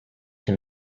him